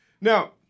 Now